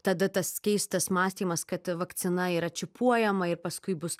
tada tas keistas mąstymas kad vakcina yra čipuojama ir paskui bus